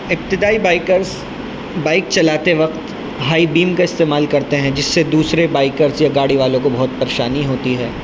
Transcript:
ابتدائی bikers bike چلاتے وقت ہائی بیم کا استعمال کرتے ہیں جس سے دوسرے بائکرس یا گاڑی والوں کو بہت پریشانی ہوتی ہے